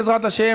בעזרת השם,